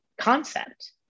concept